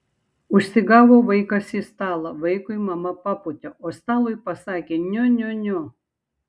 užsigavo vaikas į stalą vaikui mama papūtė o stalui pasakė niu niu niu